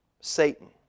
Satan